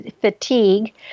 fatigue